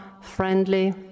friendly